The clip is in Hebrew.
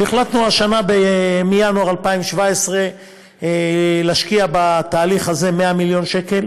החלטנו השנה מינואר 2017 להשקיע בתהליך הזה 100 מיליון שקל